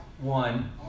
one